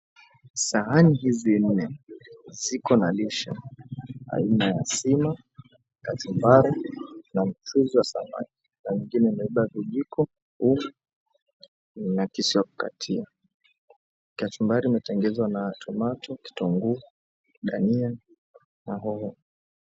Sahani hizi nne zikona lishe aina ya sima, kachumbari na mchuzi wa samaki na nyengine imebeba vijiko, uma na kisu ya kukatia kachumbari imetengenwa tomato, kitunguu, dania na hoho.